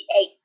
eight